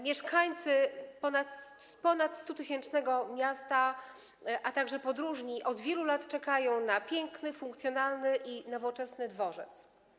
Mieszkańcy ponad 100-tysięcznego miasta, a także podróżni od wielu lat czekają na piękny, funkcjonalny i nowoczesny dworzec.